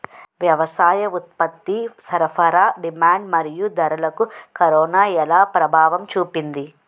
వ్యవసాయ ఉత్పత్తి సరఫరా డిమాండ్ మరియు ధరలకు కరోనా ఎలా ప్రభావం చూపింది